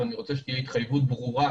אבל אני רוצה שתהיה התחייבות ברורה